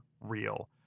real